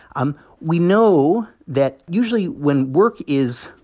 um we know that usually when work is,